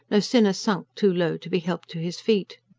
no sinner sunk too low to be helped to his feet.